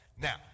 now